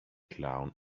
clown